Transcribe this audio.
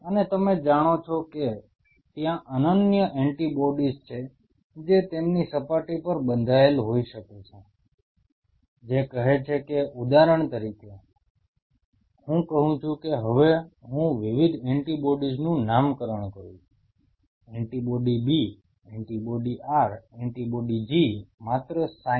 અને તમે જાણો છો કે ત્યાં અનન્ય એન્ટિબોડીઝ છે જે તેમની સપાટી પર બંધાયેલ હોઈ શકે છે જે કહે છે કે ઉદાહરણ તરીકે હું કહું છું કે હવે હું વિવિધ એન્ટિબોડીઝનું નામકરણ કરું છું antibody B antibody R antibody G માત્ર સાઇન